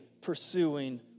pursuing